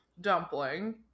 dumpling